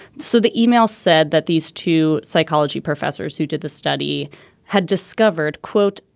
so the email said that these two psychology professors who did the study had discovered, quote,